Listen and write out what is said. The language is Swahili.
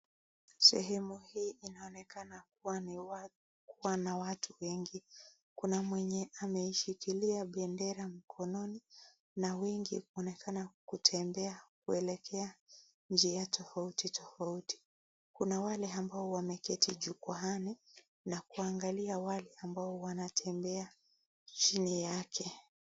Sehemu hii inaonekana kuwa na watu wengi. Kuna mwenye ameishikilia bendera mkononi na wengi kuonekana kutembea kuelekea njia tofauti tofauti. Kuna wale ambao wameketi jukwaani na kuangalia wale ambao wanatembea chini yake.